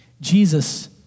Jesus